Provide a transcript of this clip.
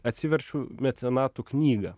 atsiverčiu mecenatų knygą